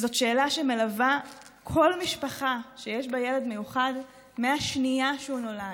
זאת שאלה שמלווה כל משפחה שיש בה ילד מיוחד מהשנייה שהוא נולד.